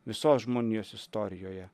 visos žmonijos istorijoje